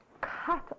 cut